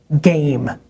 game